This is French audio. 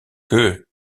que